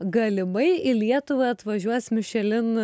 galimai į lietuvą atvažiuos michelin